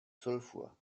sulfur